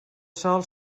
sol